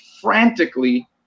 frantically